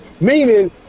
Meaning